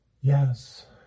Yes